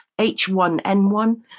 H1N1